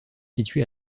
situé